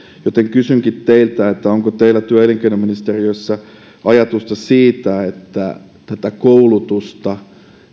kysynkin teiltä onko teillä työ ja elinkeinoministeriössä ajatusta siitä että tätä koulutusta